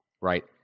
Right